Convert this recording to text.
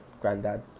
granddad